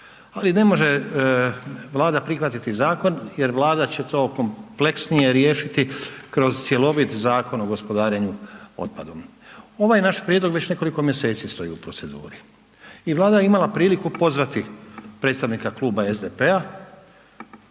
ali ne može Vlada prihvatiti zakon jer Vlada će to kompleksnije riješiti kroz cjelovit Zakon o gospodarenju otpadom. Ovaj naš prijedlog već nekoliko mjeseci stoji u proceduri i Vlada je imala priliku pozvati predstavnika kluba SDP-a,